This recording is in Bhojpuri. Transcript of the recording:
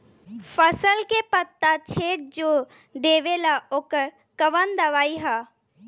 फसल के पत्ता छेद जो देवेला ओकर कवन दवाई ह?